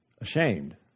ashamed